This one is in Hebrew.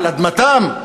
על אדמתם,